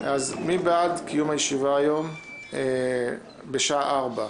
מי בעד קיום הישיבה היום בשעה 16:00?